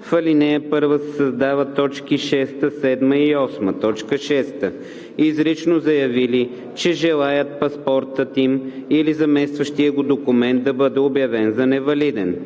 В ал. 1 се създават т. 6, 7 и 8: „6. изрично заявили, че желаят паспортът им или заместващият го документ да бъде обявен за невалиден;